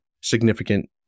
significant